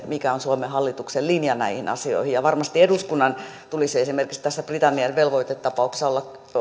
mikä on suomen hallituksen linja näihin asioihin varmasti eduskunnan tulisi esimerkiksi tässä britannian velvoitetapauksessa olla